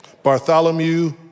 Bartholomew